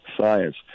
science